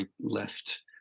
left